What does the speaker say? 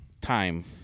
time